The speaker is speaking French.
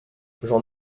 j’en